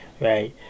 right